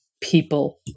people